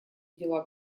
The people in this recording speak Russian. дела